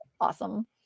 awesome